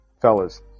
Fellas